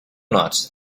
not